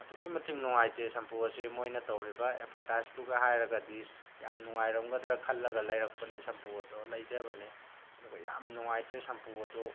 ꯑꯗꯨꯛꯀꯤ ꯃꯇꯤꯛ ꯅꯨꯡꯉꯥꯏꯇꯦ ꯁꯝꯄꯨ ꯑꯁꯤ ꯃꯣꯏꯅ ꯇꯧꯔꯤꯕ ꯑꯦꯗꯚꯔꯇꯥꯏꯁꯇꯨꯒ ꯍꯥꯏꯔꯒꯗꯤ ꯌꯥꯝ ꯅꯨꯡꯉꯥꯏꯔꯝꯒꯗ꯭ꯔꯥ ꯈꯜꯂꯒ ꯂꯩꯔꯛꯄꯅꯦ ꯁꯝꯄꯨ ꯑꯗꯣ ꯂꯩꯖꯕꯅꯦ ꯑꯗꯨꯒ ꯌꯥꯝ ꯅꯨꯡꯉꯥꯏꯇ꯭ꯔꯦ ꯁꯝꯄꯨ ꯑꯗꯣ